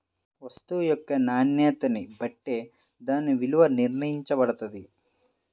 వస్తువు యొక్క నాణ్యతని బట్టే దాని విలువ నిర్ణయించబడతది